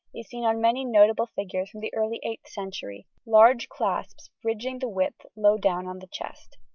is seen on many notable figures from the early eighth century, large clasps bridging the width low down on the chest.